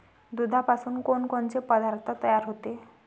दुधापासून कोनकोनचे पदार्थ तयार होते?